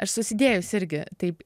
ar susidėjus irgi taip